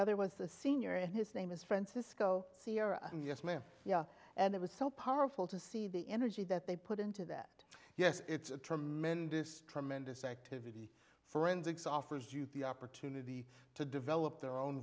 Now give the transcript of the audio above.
other was the senior and his name is francisco sierra and yes ma'am yeah and it was so powerful to see the energy that they put into that yes it's a tremendous tremendous activity forensics offers you the opportunity to develop their own